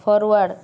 forward